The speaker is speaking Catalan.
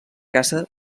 caça